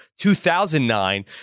2009